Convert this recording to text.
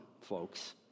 folks